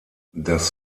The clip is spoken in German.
das